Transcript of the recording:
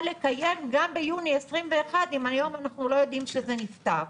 לקיים גם ביוני 21' אם אנחנו לא יודעים שזה נפתר.